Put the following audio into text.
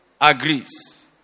agrees